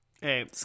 Hey